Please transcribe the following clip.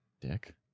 Dick